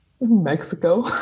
Mexico